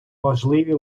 важливі